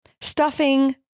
Stuffing